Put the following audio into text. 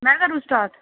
मैं करूं स्टार्ट